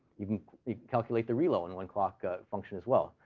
you can calculate the relu in one clock function, as well.